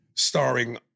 Starring